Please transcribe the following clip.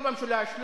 לא במשולש,